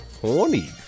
horny